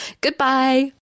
Goodbye